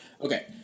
Okay